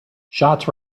shots